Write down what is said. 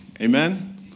amen